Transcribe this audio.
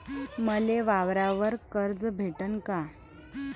मले वावरावर कर्ज भेटन का?